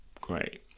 great